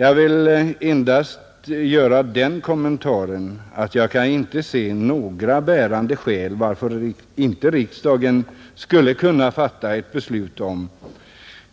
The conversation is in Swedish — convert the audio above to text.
Jag vill endast härtill göra den kommentaren att jag inte kan se några bärande skäl varför inte riksdagen skulle kunna fatta ett beslut om